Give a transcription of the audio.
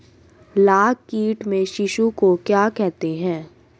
लाख कीट के शिशु को क्या कहते हैं?